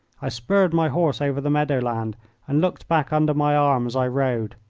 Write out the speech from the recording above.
i spurred my horse over the meadow-land and looked back under my arm as i rode.